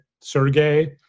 sergey